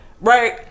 Right